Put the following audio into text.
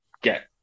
get